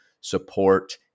support